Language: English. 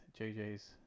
JJ's